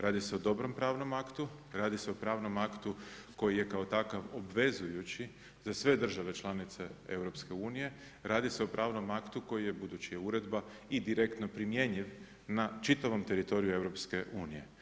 Radi se o dobrom pravnom aktu, radi se o pravnom aktu, koji je kao takav obvezujući, za sve države članice EU, radi se o pravnom aktu, koji je budući uredba i direktno primjenjiv na čitavim teritoriju EU.